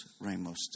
Ramos